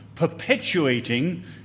perpetuating